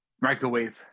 Microwave